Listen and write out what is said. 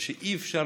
ושאי-אפשר,